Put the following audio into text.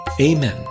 Amen